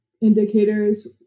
indicators